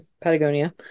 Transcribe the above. patagonia